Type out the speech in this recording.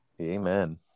amen